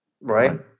right